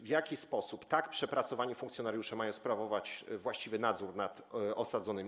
W jaki sposób tak przepracowani funkcjonariusze mają sprawować właściwy nadzór nad osadzonymi?